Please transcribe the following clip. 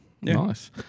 nice